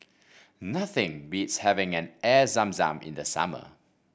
nothing beats having an Air Zam Zam in the summer